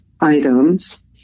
items